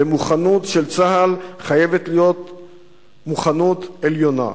והמוכנות של צה"ל חייבת להיות מוכנות עליונה.